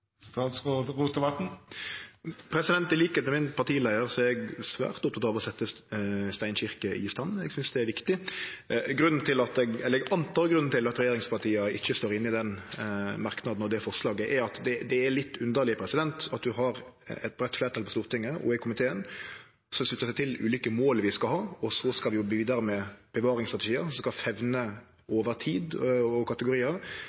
Eg synest det er viktig. Eg går ut frå at grunnen til at regjeringspartia ikkje står inne i den merknaden og i forslaget, er at det er litt underleg at ein har eit breitt fleirtal på Stortinget og i komiteen som sluttar seg til ulike mål vi skal ha, og at vi skal jobbe vidare med bevaringsstrategiar som skal femne over tid og kategoriar